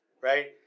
right